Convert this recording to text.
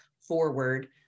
forward